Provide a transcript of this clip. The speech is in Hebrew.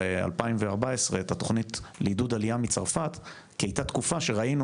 ב-2014 את התוכנית לעידוד עלייה מצרפת כי הייתה תקופה שראינו